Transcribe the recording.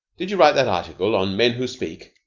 did you write that article on men who speak?